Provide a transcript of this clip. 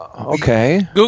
Okay